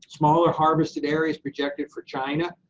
smaller harvested areas projected for china,